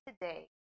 today